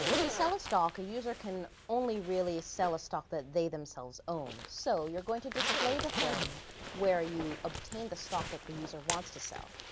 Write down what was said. to sell a stalk the user can only really sell a stock that they, themselves, own. so you're going to display the form where you obtained the stock that the user wants to sell.